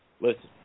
listen